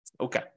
Okay